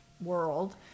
world